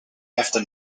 after